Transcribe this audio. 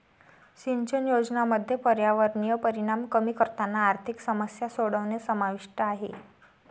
सिंचन योजनांमध्ये पर्यावरणीय परिणाम कमी करताना आर्थिक समस्या सोडवणे समाविष्ट आहे